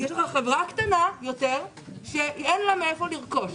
יש לך חברה קטנה יותר שאין לה מאיפה לרכוש.